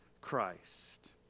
Christ